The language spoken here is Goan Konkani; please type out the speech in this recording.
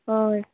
हय